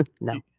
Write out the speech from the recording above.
No